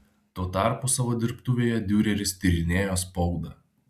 tuo tarpu savo dirbtuvėje diureris tyrinėjo spaudą